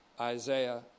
Isaiah